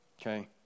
okay